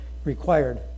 required